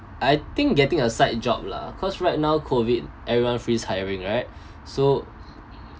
I think getting a side job lah cause right now COVID everyone freeze hiring right so